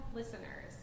listeners